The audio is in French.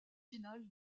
final